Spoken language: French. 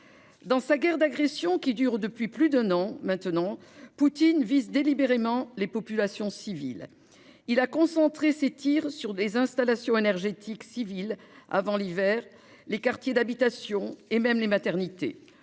Dans sa guerre d'agression qui dure depuis plus d'un an maintenant, Poutine vise délibérément les populations civiles. Il a concentré ses tirs sur les installations énergétiques civiles avant l'hiver, les quartiers d'habitation et même les maternités.